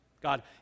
God